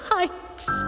Heights